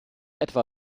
etwa